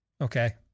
Okay